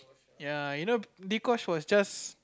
ya you know Dee-Kosh was just